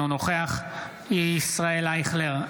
אינו נוכח ישראל אייכלר,